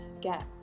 get